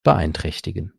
beeinträchtigen